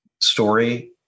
story